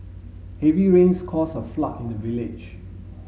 heavy rains caused a flood in the village